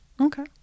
Okay